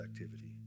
activity